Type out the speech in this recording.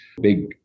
big